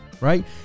right